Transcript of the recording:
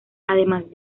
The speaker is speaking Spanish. además